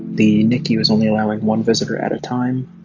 the nicu is only allowing one visitor at a time.